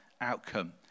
outcome